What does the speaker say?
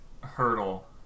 hurdle